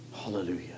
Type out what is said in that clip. Hallelujah